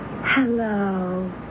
Hello